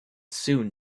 soon